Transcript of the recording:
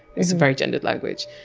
it's very gendered language.